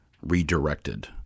redirected